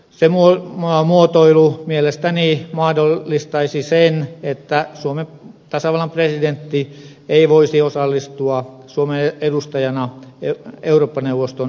emon ja muotoilun mielestä tarkistanut mahdollistaisi mielestäni sen että suomen tasavallan presidentti ei voisi osallistua suomen edustajana eurooppa neuvoston kokouksiin